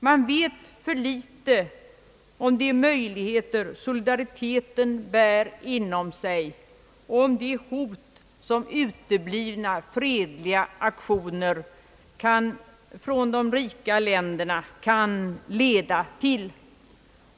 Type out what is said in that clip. Man vet för litet om de möjligheter solidariteten bär inom sig och om det hot som uteblivna fredliga aktioner av de rika länderna kan leda till.